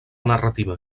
narrativa